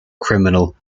criminal